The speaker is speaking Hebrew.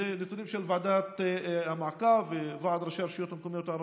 זה נתונים של ועדת המעקב של ועד ראשי הרשויות המקומיות הערביות,